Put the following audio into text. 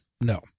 no